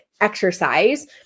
exercise